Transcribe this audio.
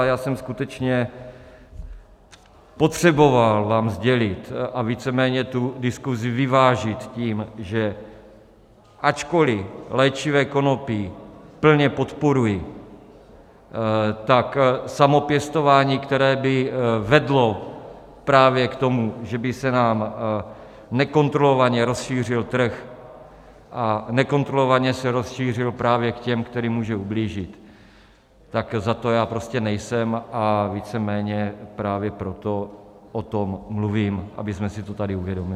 A já jsem skutečně potřeboval vám sdělit a víceméně diskuzi vyvážit tím, že ačkoli léčivé konopí plně podporuji, tak samopěstování, které by vedlo právě k tomu, že by se nám nekontrolovaně rozšířil trh a nekontrolovaně se rozšířil právě k těm, kterým může ublížit, tak za to já prostě nejsem, a víceméně právě proto o tom mluvím, abychom si to tady uvědomili.